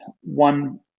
one